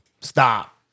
Stop